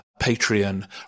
Patreon